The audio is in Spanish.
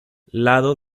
lado